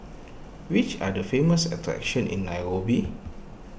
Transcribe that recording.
which are the famous attractions in Nairobi